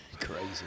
Crazy